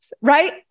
right